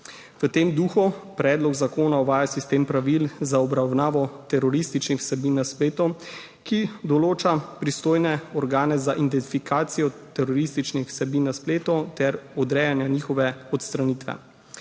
V tem duhu predlog zakona uvaja sistem pravil za obravnavo terorističnih vsebin na spletu, ki določa pristojne organe za identifikacijo terorističnih vsebin na spletu ter odrejanja njihove odstranitve.